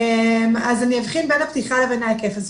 אני אבחין בין הפתיחה ובין ההיקף.